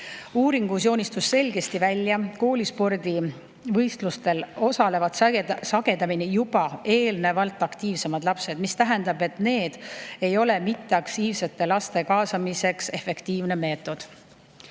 Uuringust joonistus selgesti välja, et koolispordivõistlustel osalevad sagedamini juba eelnevalt aktiivsemad lapsed, mis tähendab, et see ei ole mitteaktiivsete laste kaasamiseks efektiivne meetod.